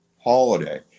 holiday